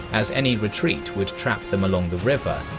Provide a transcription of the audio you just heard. as any retreat would trap them along the river.